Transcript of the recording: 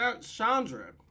chandra